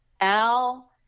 Al